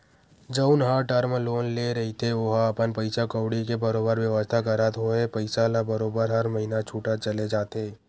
जउन ह term loan ले रहिथे ओहा अपन पइसा कउड़ी के बरोबर बेवस्था करत होय पइसा ल बरोबर हर महिना छूटत चले जाथे